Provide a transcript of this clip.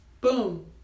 boom